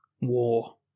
War